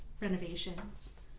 renovations